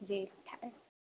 जी